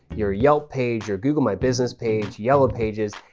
your yelp page, or google my business page, yellow pages,